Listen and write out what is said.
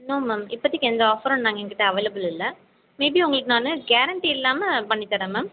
no ma'am இப்போதிக்கி எந்த ஆஃபரும் நான் எங்கிட்ட அவைலபிள் இல்லை மேபி உங்களுக்கு நான் கேரண்ட்டி இல்லாமல் பண்ணி தரேன் மேம்